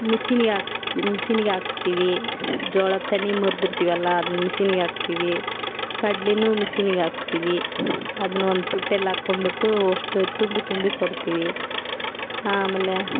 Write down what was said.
ಮಷಿನ್ನಿಗ್ ಹಾಕಿಸ್ತೀವಿ ಮಷಿನ್ನಿಗ್ ಹಾಕ್ತೀವಿ ಜೋಳದ ತೆನೆ ಮುರ್ದಿರ್ತೀವಲ್ಲ ಅದನ್ನು ಮಷಿನ್ನಿಗ್ ಹಾಕ್ತೀವಿ ಕಡ್ಲೆ ಮಷಿನ್ನಿಗ್ ಹಾಕ್ತೀವಿ ಅದನ್ನ ಒಂದು ಪುಟ್ಟಿಯಲ್ ಹಾಕೊಂಬಿಟ್ಟೂ ಅಷ್ಟು ತುಂಬಿ ತುಂಬಿ ಕೊಡ್ತೀವಿ ಆಮೇಲೆ